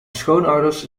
schoonouders